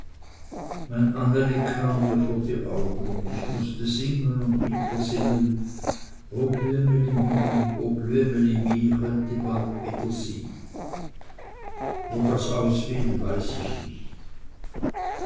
kam mir immer vor die augen und ich mußte singen und wieder singen o blüemeli my o blüemeli my chönnt i bald by dr sy wo das aus will weiß ich nicht